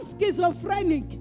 schizophrenic